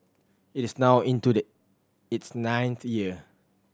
it is now into the its ninth year